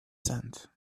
cent